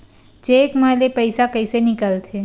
Cheque म ले पईसा कइसे निकलथे?